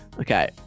Okay